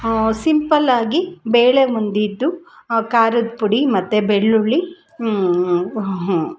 simple ಆಗಿ ಬೇಳೆ ಒಂದಿದ್ದು ಖಾರದ ಪುಡಿ ಮತ್ತು ಬೆಳ್ಳುಳ್ಳಿ